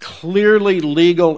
clearly legal